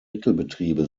mittelbetriebe